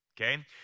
Okay